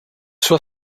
sua